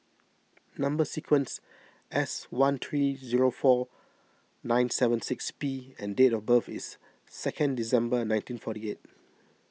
Number Sequence S one three zero four nine seven six P and date of birth is second December nineteen forty eight